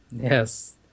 Yes